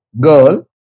girl